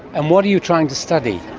and what are you trying to study?